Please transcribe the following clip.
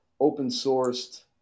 open-sourced